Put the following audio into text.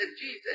Jesus